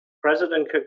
President